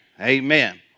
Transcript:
Amen